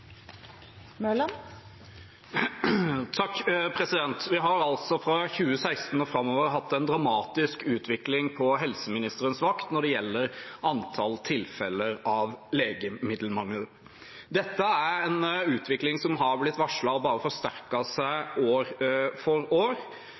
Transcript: har vi på helseministerens vakt hatt en dramatisk utvikling når det gjelder antall tilfeller av legemiddelmangel. Dette er en utvikling som har blitt varslet, og som bare har forsterket seg